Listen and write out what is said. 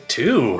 two